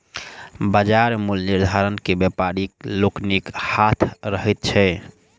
बाजार मूल्य निर्धारण मे व्यापारी लोकनिक हाथ रहैत छै